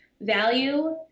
value